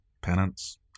penance